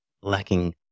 lacking